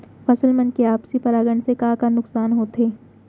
फसल मन के आपसी परागण से का का नुकसान होथे?